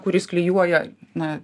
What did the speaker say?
kuris klijuoja na